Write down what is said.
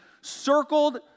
circled